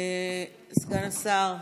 סגן השר נהרי,